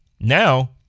Now